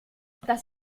das